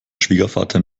schwiegervater